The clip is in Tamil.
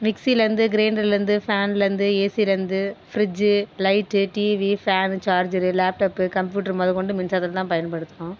மிக்ஸிலருந்து கிரைண்டர்லருந்து ஃபேன்லருந்து ஏசிலருந்து fridge light TV fan charger laptop computer முத கொண்டு மின்சாரத்தில் தான் பயன்படுத்தும்